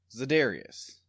Zadarius